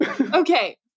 Okay